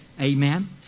Amen